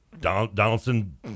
donaldson